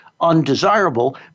undesirable